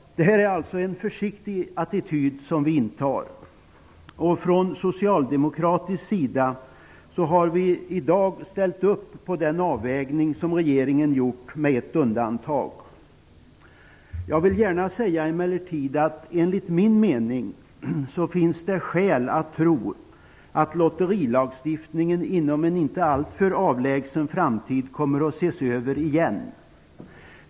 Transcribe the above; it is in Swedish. Vi intar alltså en försiktig attityd. Från socialdemokratisk sida har vi i dag, med ett undantag, ställt oss bakom den avvägning som regeringen gjort. Jag vill emellertid säga att det enligt min mening finns skäl att tro att lotterilagstiftningen inom en inte alltför avlägsen framtid kommer att ses över igen.